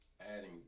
adding